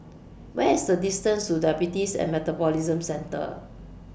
What IS The distance to Diabetes and Metabolism Centre